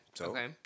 Okay